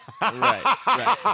Right